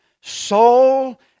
soul